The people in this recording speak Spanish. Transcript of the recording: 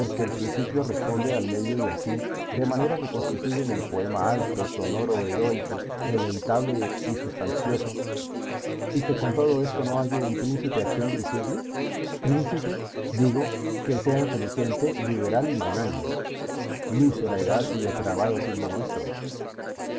el principio responde al medio y al fin de manera que constituyen el poema alto sonoro heroico deleitable y sustancioso y que con todo esto no hallo un príncipe a quien dirigirle príncipe digo que sea inteligente liberal y magnánimo mísera edad y depravado siglo nuestro